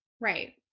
Right